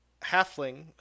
halfling